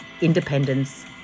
independence